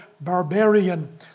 barbarian